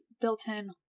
built-in